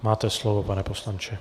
Máte slovo, pane poslanče.